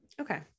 Okay